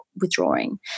withdrawing